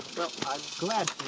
i'm glad